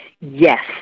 Yes